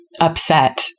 upset